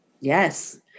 Yes